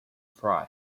fry